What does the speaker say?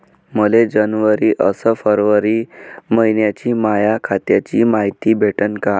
मले जनवरी अस फरवरी मइन्याची माया खात्याची मायती भेटन का?